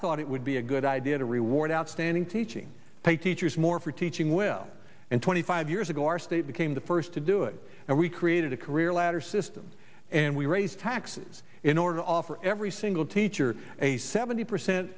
thought it would be a good idea to reward outstanding teaching pay teachers more for teaching well and twenty five years ago our state became the first to do it and we created a career ladder system and we raise taxes in order to offer every single teacher a seventy percent